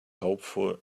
hopeful